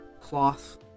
cloth